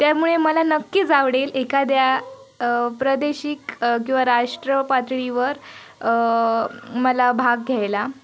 त्यामुळे मला नक्कीच आवडेल एखाद्या प्रादेशिक किंवा राष्ट्र पातळीवर मला भाग घ्यायला